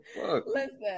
Listen